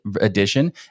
edition